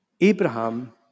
Abraham